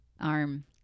arm